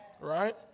right